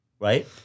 Right